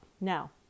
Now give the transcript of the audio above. Now